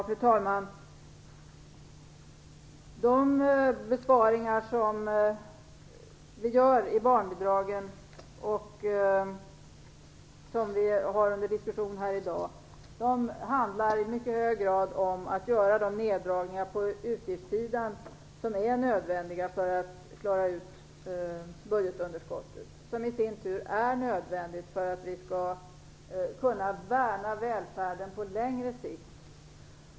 Fru talman! De besparingar som vi gör i barnbidragen och som vi diskuterar här i dag handlar i mycket hög grad om att göra de neddragningar på utgiftssidan som är nödvändiga för att vi skall klara budgetunderskottet. Det är i sin tur nödvändigt för att vi skall kunna värna välfärden på längre sikt.